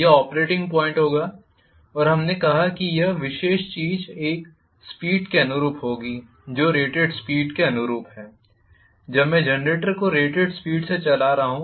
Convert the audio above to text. यह operating point होगा और हमने कहा कि यह विशेष चीज एक स्पीड के अनुरूप होगी जो रेटेड स्पीड के अनुरूप है जब मैं जनरेटर को रेटेड स्पीड से चला रहा हूं